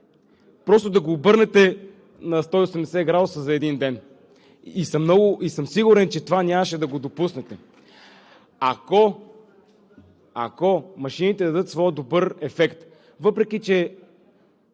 просто да го обърнете на 180 градуса за един ден. Сигурен съм, че това нямаше да го допуснете. Ако машините дадат своя добър ефект, въпреки че